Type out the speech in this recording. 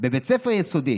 בבית ספר יסודי